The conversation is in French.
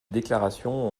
déclarations